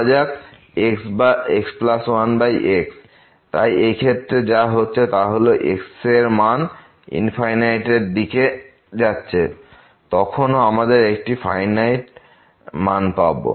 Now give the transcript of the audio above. ধরা যাক x1x তাই এই ক্ষেত্রে যা হচ্ছে তা হল যখন x এর মান এর দিকে যাচ্ছে তখনও আমাদের একটি ফাইনাইট মান পাব